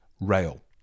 rail